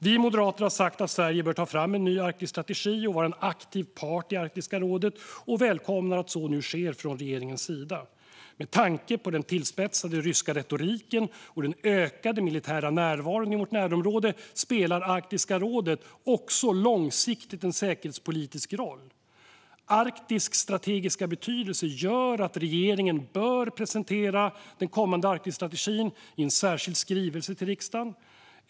Vi Moderater har sagt att Sverige bör ta fram en ny Arktisstrategi och vara en aktiv part i Arktiska rådet och välkomnar att så nu sker från regeringens sida. Med tanke på den tillspetsade ryska retoriken och den ökade militära närvaron i vårt närområde spelar Arktiska rådet långsiktigt en säkerhetspolitisk roll. Arktis strategiska betydelse gör att regeringen bör presentera den kommande Arktisstrategin i en särskild skrivelse till riksdagen.